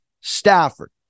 Stafford